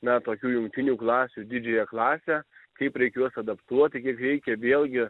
na tokių jungtinių klasių į didžiąją klasę kaip reik juos adaptuoti kiek reikia vėlgi